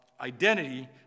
identity